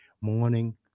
morning